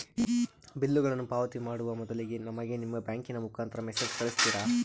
ಬಿಲ್ಲುಗಳನ್ನ ಪಾವತಿ ಮಾಡುವ ಮೊದಲಿಗೆ ನಮಗೆ ನಿಮ್ಮ ಬ್ಯಾಂಕಿನ ಮುಖಾಂತರ ಮೆಸೇಜ್ ಕಳಿಸ್ತಿರಾ?